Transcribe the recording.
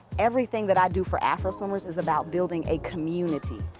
everything that i do for afroswimmers is about building a community.